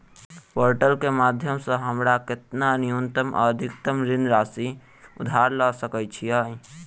Portal केँ माध्यम सऽ हमरा केतना न्यूनतम आ अधिकतम ऋण राशि उधार ले सकै छीयै?